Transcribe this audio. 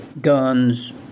guns